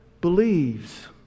believes